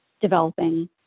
developing